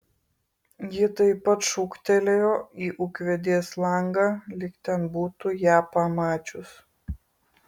ji taip pat šūktelėjo į ūkvedės langą lyg ten būtų ją pamačius